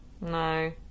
No